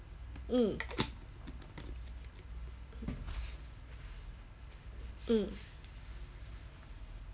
mm mm